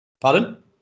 Pardon